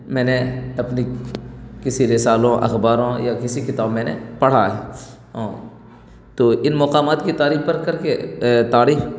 میں نے اپنی کسی رسالوں اخباروں یا کسی کتاب میں نے پڑھا ہے تو ان مقامات کی تاریخ پر کر کے تاریخ